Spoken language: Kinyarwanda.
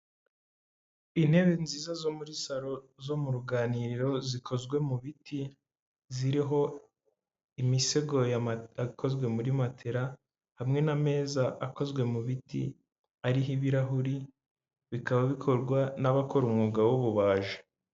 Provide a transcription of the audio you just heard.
Intebe nziza zo muri salo, zo mu ruganiriro zikozwe mu biti, ziriho imisego ikozwe muri matela, hamwe n'ameza akozwe mu biti, ariho ibirahuri, bikaba bikorwa n'abakora umwuga w'ububaji.